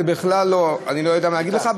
אני בכלל לא יודע מה להגיד לך,